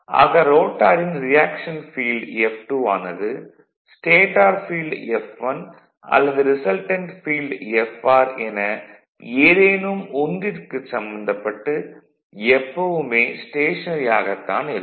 ஆக ரோட்டாரின் reaction field F2 ஆனது ஸ்டேடார் ஃபீல்டு F1 அல்லது ரிசல்டன்ட் ஃபீல்டு Fr என ஏதேனும் ஒன்றிற்குச் சம்பந்தப்பட்டு எப்பவுமே ஸ்டேஷனரி ஆகத்தான் இருக்கும்